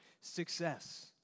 success